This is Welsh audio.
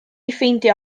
ffeindio